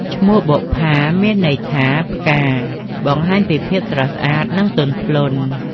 ឈ្មោះបុប្ផា មានន័យថាផ្កា បង្ហាញពីភាពស្រស់ស្អាតនិងទន់ភ្លន់។